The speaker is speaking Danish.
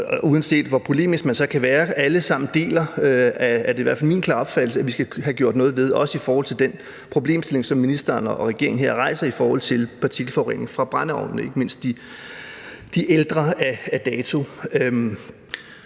mener der skal gøres noget ved, det er i hvert fald min klare opfattelse. Også i forhold til den problemstilling, som ministeren og regeringen her rejser i forhold til partikelforureningen fra brændeovnene, ikke mindst dem af ældre dato.